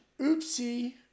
oopsie